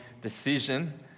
decision